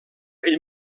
ell